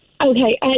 Okay